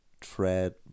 tread